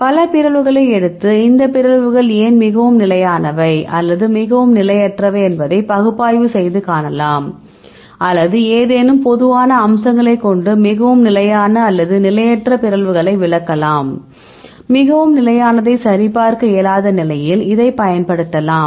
பல பிறழ்வுகளை எடுத்து இந்த பிறழ்வுகள் ஏன் மிகவும் நிலையானவை அல்லது மிகவும் நிலையற்றவை என்பதைக் பகுப்பாய்வு செய்து காணலாம் அல்லது ஏதேனும் பொதுவான அம்சங்களைக் கொண்டு மிகவும் நிலையான அல்லது நிலையற்ற பிறழ்வுகளை விளக்கலாம் மிகவும் நிலையானதை சரிபார்க்க இயலாத நிலையில் இதைப் பயன்படுத்தலாம்